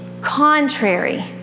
contrary